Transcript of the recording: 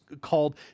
called